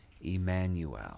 Emmanuel